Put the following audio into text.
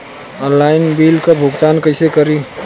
Online bill क भुगतान कईसे करी?